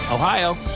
Ohio